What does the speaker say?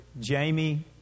Jamie